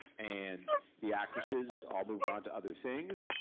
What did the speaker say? and the actresses all moved on to other things,